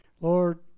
lord